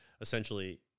essentially